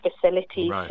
facilities